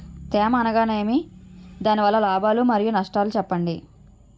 తేమ అనగానేమి? దాని వల్ల లాభాలు మరియు నష్టాలను చెప్పండి?